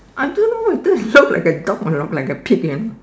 I don't know if this look like a dog or look like a pig ya